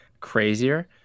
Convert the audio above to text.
crazier